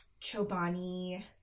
Chobani